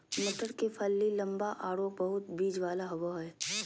मटर के फली लम्बा आरो बहुत बिज वाला होबा हइ